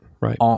Right